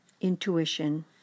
intuition